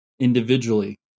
individually